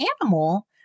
animal